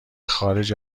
خارج